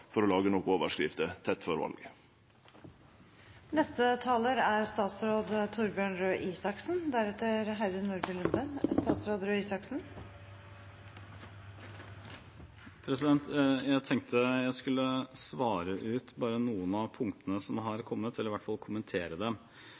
til å lage nokre overskrifter tett før valet. Jeg tenkte jeg skulle svare ut noen av punktene som har